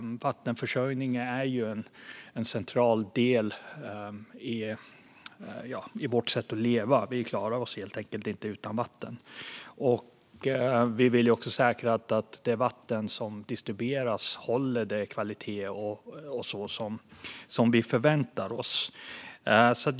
Vattenförsörjning är en central del i vårt sätt att leva. Vi klarar oss helt enkelt inte utan vatten. Vi vill också säkra att det vatten som distribueras håller den kvalitet som vi förväntar oss.